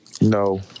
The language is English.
No